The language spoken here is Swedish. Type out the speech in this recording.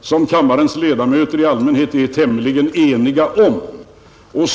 som kammarens ledamöter i allmänhet är tämligen ense om.